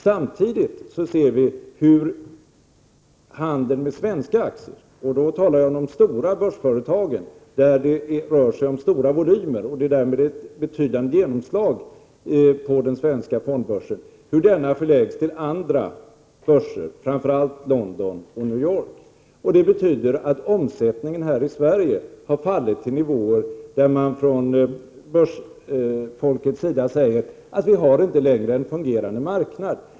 Samtidigt ser vi hur handeln med svenska aktier — jag talar om de stora börsföretagen med stora volymer och betydande genomslag på den svenska fondbörsen — förläggs till andra börser, framför allt London och New York. Detta betyder att omsättningen i Sverige har fallit till en sådan nivå att företrädare för börsfolket säger att Sverige inte längre har en fungerande marknad.